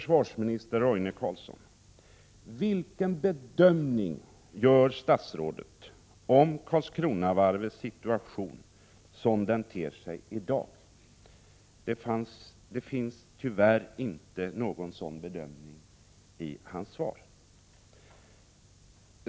som den ter sig i dag? Det finns tyvärr inte någon sådan bedömning i hans svar.